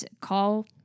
call